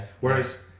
Whereas